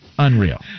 Unreal